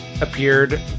appeared